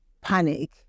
panic